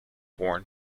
worn